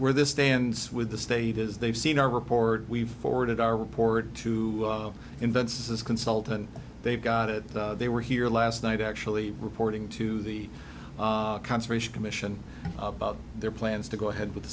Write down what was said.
were this stands with the state is they've seen our report we've forwarded our report to invent says consultant they've got it they were here last night actually reporting to the conservation commission about their plans to go ahead with the